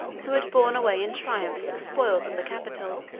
who had borne away in triumph the spoils of the capitol.